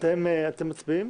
אתם מצביעים,